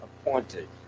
appointed